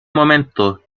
momento